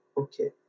Okay